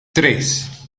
tres